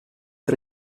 tra